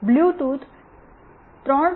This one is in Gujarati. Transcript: અને બ્લૂટૂથ 3